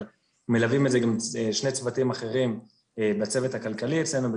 אבל מלווים את זה גם שני צוותים אחרים מהצוות הכלכלי אצלנו.